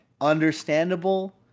understandable